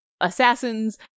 assassins